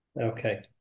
Okay